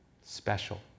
special